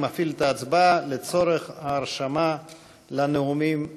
אני מפעיל את ההצבעה לצורך ההרשמה לנאומים בלבד.